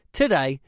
today